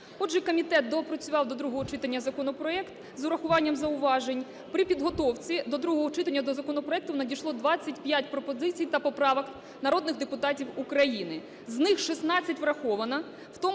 Отже, комітет доопрацював до другого читання законопроект з врахуванням зауважень. При підготовці до другого читання до законопроекту надійшло 25 пропозицій та поправок народних депутатів України. З них 16 враховано,